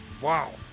Wow